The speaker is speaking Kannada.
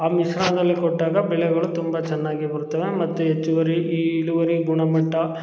ಆ ಮಿಶ್ರಣದಲ್ಲಿ ಕೊಟ್ಟಾಗ ಬೆಳೆಗಳು ತುಂಬ ಚೆನ್ನಾಗಿ ಬರ್ತವೆ ಮತ್ತು ಹೆಚ್ಚುವರಿ ಈ ಇಳುವರಿ ಗುಣಮಟ್ಟ